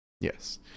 yes